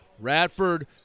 Radford